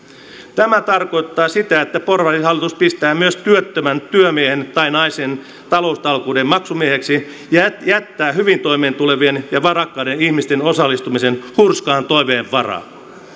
tämä tarkoittaa sitä että porvarihallitus pistää myös työttömän työmiehen tai naisen taloustalkoiden maksumieheksi ja jättää hyvin toimeentulevien ja varakkaiden ihmisten osallistumisen hurskaan toiveen varaan